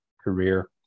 career